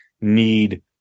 need